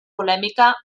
polèmica